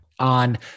on